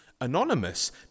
anonymous